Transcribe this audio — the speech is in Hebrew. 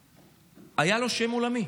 שהיה לו שם עולמי.